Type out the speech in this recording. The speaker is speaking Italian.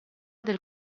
del